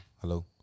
hello